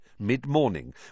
mid-morning